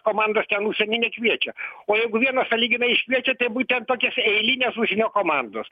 komandos ten užsieny nekviečia o jeigu vieną sąlyginai iškviečia tai būtent tokias eilinės užsienio komandos